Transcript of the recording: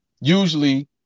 usually